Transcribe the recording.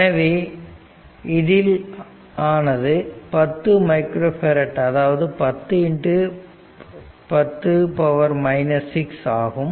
எனவே இதில் ஆனது 10 மைக்ரோ பேரட் அதாவது 1010 6 ஆகும்